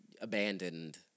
abandoned